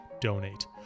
donate